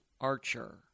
Archer